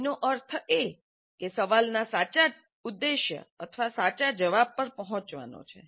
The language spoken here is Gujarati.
તેનો અર્થ એ કે સવાલનાં સાચા ઉદ્દેશ અથવા સાચા જવાબ પર પહોંચવાનો છે